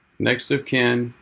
next of kin,